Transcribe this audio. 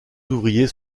ouvriers